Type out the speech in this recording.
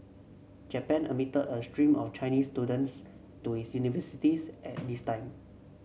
Japan admitted a stream of Chinese students to its universities at this time